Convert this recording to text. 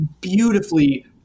beautifully